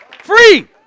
Free